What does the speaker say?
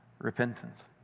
repentance